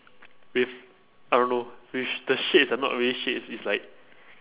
with I don't know with the shades ah not really shades it's like